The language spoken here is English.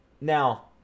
Now